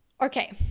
Okay